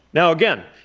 now, again,